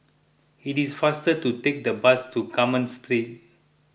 it is faster to take the bus to Carmen Street